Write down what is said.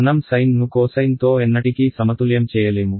మనం సైన్ ను కోసైన్ తో ఎన్నటికీ సమతుల్యం చేయలేము